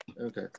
Okay